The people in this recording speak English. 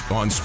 on